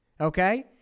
Okay